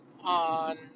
On